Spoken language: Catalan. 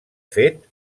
fet